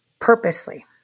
Purposely